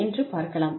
என்று பார்க்கலாம்